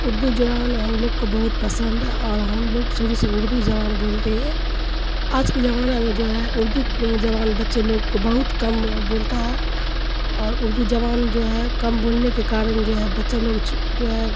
اردو زبان ہم لوگ کو بہت پسند ہے اور ہم لوگ شروع سے اردو زبان بولتے ہیں آج کے زمانہ میں جو ہے اردو جوان بچے لوگ کو بہت کم بولتا ہے اور اردو زبان جو ہے کم بولنے کے کارن جو ہے بچے لوگ جو ہے